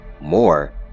More